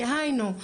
דהיינו,